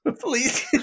Please